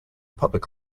public